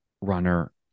runner